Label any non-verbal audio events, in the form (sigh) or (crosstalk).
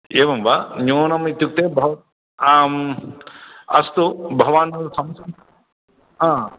एवं वा न्यूनम् इत्युक्ते भवतु आम् अस्तु भवान् (unintelligible) ह